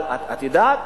אבל את יודעת,